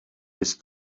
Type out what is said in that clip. bys